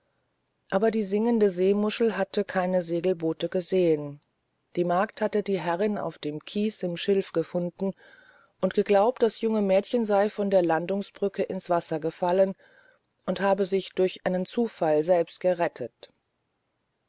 aber die singende seemuschel hatte keine segelboote gesehen die magd hatte die herrin auf dem kies im schilf gefunden und geglaubt das junge mädchen sei von der landungsbrücke ins wasser gefallen und habe sich durch einen zufall selbst gerettet